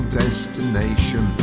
destination